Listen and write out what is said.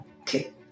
okay